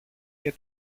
και